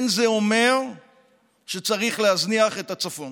אין זה אומר שצריך להזניח את הצפון.